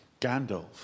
Gandalf